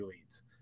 leads